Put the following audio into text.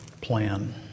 plan